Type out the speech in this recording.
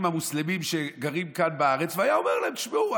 המוסלמים שגרים כאן בארץ והיה אומר להם: תשמעו,